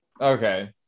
Okay